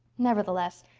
nevertheless,